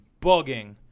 bugging